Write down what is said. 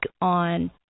on